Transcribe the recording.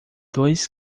dois